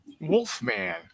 Wolfman